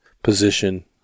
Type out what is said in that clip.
position